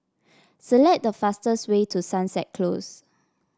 select the fastest way to Sunset Close